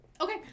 Okay